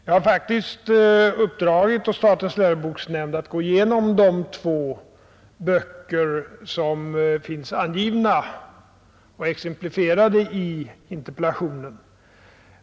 Jag har uppdragit åt statens läroboksnämnd att gå igenom de två böcker som finns angivna och exemplifierade i interpellationen.